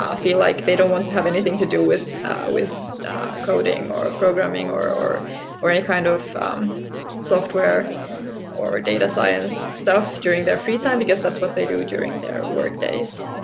ah feel like they don't want to have anything to do with with coding, or programming, or or any kind of software or data science stuff during their free time because that's what they do during their work days.